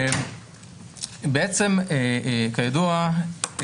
בעצם כידוע,